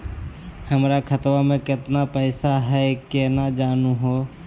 हमर खतवा मे केतना पैसवा हई, केना जानहु हो?